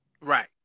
Right